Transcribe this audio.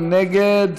מי נגד?